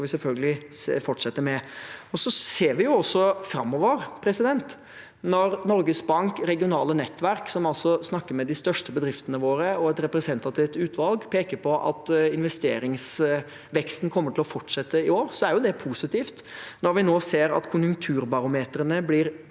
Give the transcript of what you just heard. det skal vi selvfølgelig fortsette med. Så ser vi også framover. Når Norges Bank, regionale nettverk, som altså snakker med de største bedriftene våre, og et representativt utvalg peker på at investeringsveksten kommer til å fortsette i år, er det positivt. Når vi nå ser at konjunkturbarometrene blir